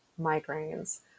migraines